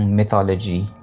mythology